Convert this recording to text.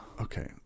Okay